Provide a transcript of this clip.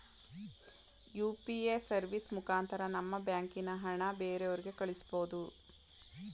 UPA service ಮುಖಾಂತರ ನಮ್ಮ ಬ್ಯಾಂಕಿನ ಹಣನ ಬ್ಯಾರೆವ್ರಿಗೆ ಕಳಿಸ್ಬೋದು